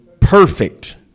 perfect